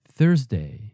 Thursday